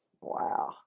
Wow